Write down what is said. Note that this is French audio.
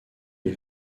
les